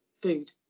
food